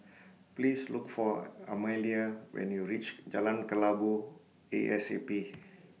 Please Look For Amalia when YOU REACH Jalan Kelabu A S A P